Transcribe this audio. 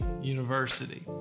university